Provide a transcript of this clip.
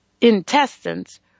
intestines